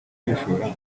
kwishora